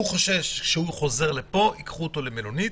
הוא חושש שכשהוא יחזור לפה ייקחו אותו למלונית,